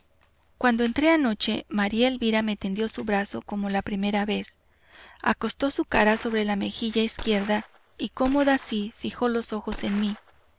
cuando entré anoche maría elvira me tendió su brazo como la primera vez acostó su cara sobre la mejilla izquierda y cómoda así fijó los ojos en mí